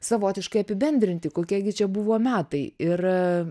savotiškai apibendrinti kokie gi čia buvo metai ir